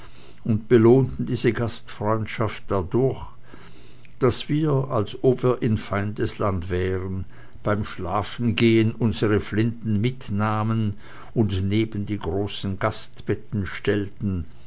und belohnten diese gastfreundschaft dadurch daß wir als ob wir in feindesland wären beim schlafengehen unsere flintchen mitnahmen und neben die großen gastbetten stellten